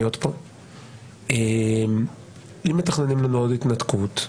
אם מתכננים לנו עוד התנתקות,